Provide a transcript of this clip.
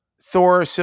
Thor